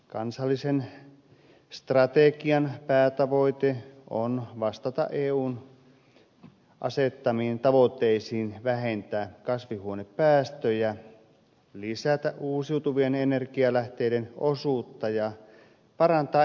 kansallisen strategian päätavoite on vastata eun asettamiin tavoitteisiin vähentää kasvihuonepäästöjä lisätä uusiutuvien energialähteiden osuutta ja parantaa energiatehokkuutta